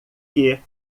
que